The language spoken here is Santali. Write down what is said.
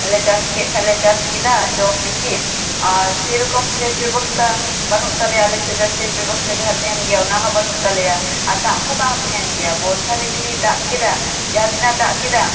ᱞᱮ ᱪᱟᱥ ᱠᱮᱫ ᱠᱷᱟᱱ ᱞᱮ ᱪᱟᱥ ᱠᱮᱫᱟ ᱡᱚᱢ ᱞᱟᱹᱜᱤᱫ ᱟᱨ ᱥᱮᱨᱚᱠᱚᱢ ᱥᱮᱪ ᱵᱮᱵᱚᱥᱛᱟ ᱵᱟᱹᱱᱩᱜ ᱛᱟᱞᱮᱭᱟ ᱟᱞᱮ ᱥᱮᱫ ᱥᱮᱪ ᱵᱮᱵᱚᱥᱛᱟ ᱡᱟᱦᱟᱸ ᱛᱟᱦᱮᱱ ᱜᱮᱭᱟ ᱚᱱᱟ ᱦᱚᱸ ᱵᱟᱹᱱᱩᱜ ᱛᱟᱞᱮᱭᱟ ᱫᱟᱜ ᱦᱚᱸ ᱵᱟᱝ ᱛᱟᱦᱮᱱ ᱜᱮᱭᱟ ᱵᱚᱨᱥᱟ ᱨᱮ ᱦᱩᱫᱤᱭ ᱫᱟᱜ ᱠᱮᱫᱟ ᱡᱟᱦᱟᱸ ᱛᱤᱱᱟᱹᱜ ᱮ ᱫᱟᱜ ᱠᱮᱫᱟ